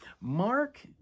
Mark